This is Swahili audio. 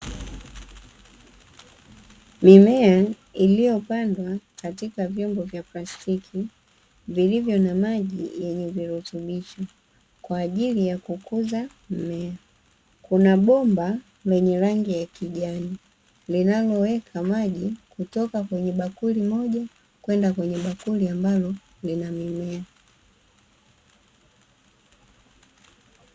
Mimea iliyopandwa katika vyombo vya plastiki, vilivyo na maji yenye virutubisho kwa ajili ya kukuza mimea, kuna bomba lenye rangi ya kijani linaloweka maji kutoka kwenye bakuli moja kwenda kwenye bakuli ambalo lina mimea.